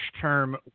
term